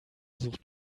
sucht